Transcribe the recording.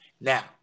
Now